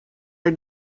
are